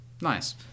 Nice